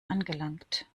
angelangt